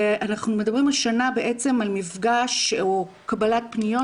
ואנחנו מדברים השנה על מפגש או קבלת פניות